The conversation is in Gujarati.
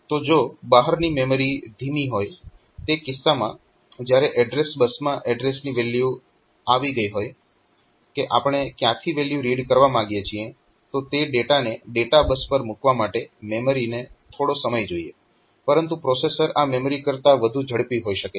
તો જો બહારની મેમરી ધીમી હોય તે કિસ્સામાં જ્યારે એડ્રેસ બસમાં એડ્રેસની વેલ્યુ આવી ગઈ હોય કે આપણે ક્યાંથી વેલ્યુ રીડ કરવા માંગીએ છીએ તો તે ડેટાને ડેટા બસ પર મૂકવા માટે મેમરીને થોડો સમય જોઈએ પરંતુ પ્રોસેસર આ મેમરી કરતાં વધુ ઝડપી હોઈ શકે છે